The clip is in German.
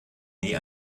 nie